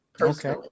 Okay